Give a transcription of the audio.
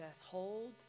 hold